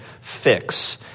fix